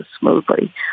smoothly